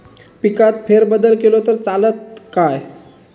पिकात फेरबदल केलो तर चालत काय?